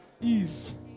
Ease